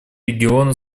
региона